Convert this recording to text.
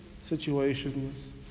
situations